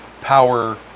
power